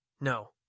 No